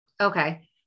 Okay